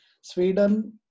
Sweden